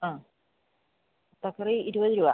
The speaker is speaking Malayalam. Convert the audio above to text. ആ മുട്ടക്കറി ഇരുപത് രൂപ